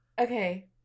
Okay